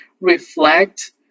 reflect